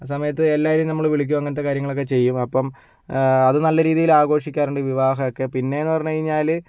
ആ സമയത്ത് എല്ലാവരേയും നമ്മൾ വിളിക്കുകയും അങ്ങനത്തെ കാര്യങ്ങളൊക്കെ ചെയ്യും അപ്പം അത് നല്ല രീതിയിൽ ആഘോഷിക്കാറുണ്ട് വിവാഹമൊക്കെ പിന്നെയെന്ന് പറഞ്ഞു കഴിഞ്ഞാൽ